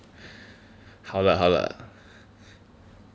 好了好了